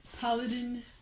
paladin